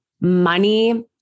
money